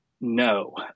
No